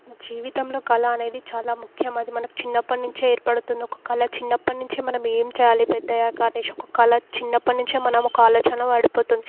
జీవితంలో కళ అనేది చాలా ముఖ్యం అది మనకి అది చిన్నప్పటి నుంచే ఏర్పడుతుంది ఒక కళ చిన్నప్పటి నుంచే మనం ఏం చేయాలి పెద్దయ్యాక అనేసి ఒక కళ చిన్నప్పటి నుంచే మనం ఒక ఆలోచనలో పడిపోతాము